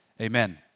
amen